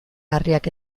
larriak